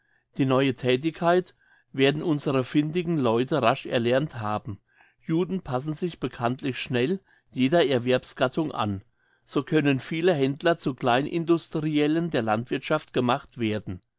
die neue thätigkeit werden unsere findigen leute rasch erlernt haben juden passen sich bekanntlich schnell jeder erwerbsgattung an so können viele händler zu kleinindustriellen der landwirthschaft gemacht werden